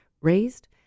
raised